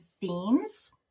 themes